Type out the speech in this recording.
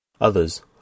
Others